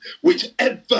whichever